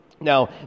Now